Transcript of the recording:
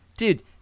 Dude